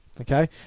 Okay